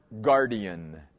guardian